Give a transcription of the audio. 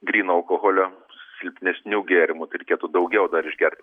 gryno alkoholio silpnesnių gėrimų tai reikėtų daugiau dar išgert bet